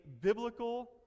biblical